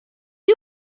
you